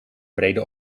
brede